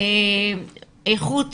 איכות